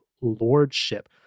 lordship